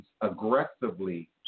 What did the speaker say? aggressively